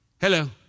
Hello